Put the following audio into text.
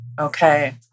okay